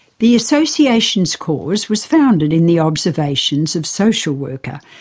the association's cause was founded in the observations of social worker,